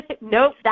Nope